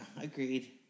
agreed